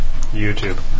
YouTube